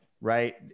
right